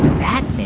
that, mindy,